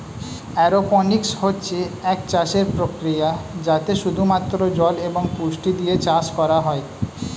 aeroponics হচ্ছে একটা চাষের প্রক্রিয়া যাতে শুধু মাত্র জল এবং পুষ্টি দিয়ে চাষ করা হয়